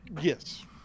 Yes